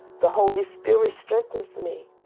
the holy spirit strengthens me.